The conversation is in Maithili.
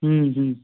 हम्म हम्म